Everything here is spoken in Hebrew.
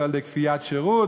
לא על-ידי כפיית שירות,